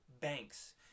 banks